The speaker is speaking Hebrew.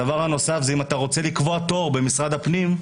הדבר הנוסף הוא שאם אתה רוצה לקבוע תור במשרד הפנים,